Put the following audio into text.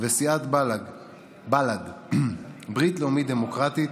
סיעת בל"ד, ברית לאומית דמוקרטית,